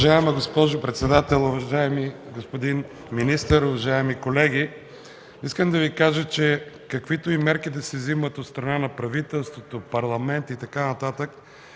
Уважаема госпожо председател, уважаеми господин министър, уважаеми колеги! Искам да Ви кажа, че каквито и мерки да се вземат от страна на правителството, Парламента и така нататък,